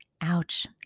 ouch